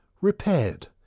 repaired